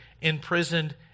imprisoned